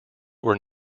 were